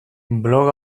blog